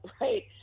right